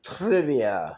Trivia